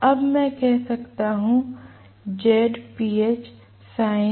अब मैं कह सकता हूं